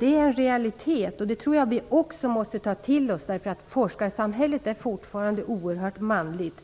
Det är en realitet. Jag tror att vi måste ta till oss det. Forskarsamhället är fortfarande oerhört manligt.